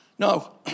No